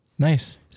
Nice